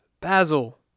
basil